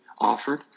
offered